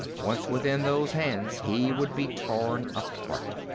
once within those hands he would be torn apart.